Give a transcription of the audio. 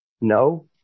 no